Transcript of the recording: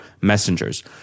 Messengers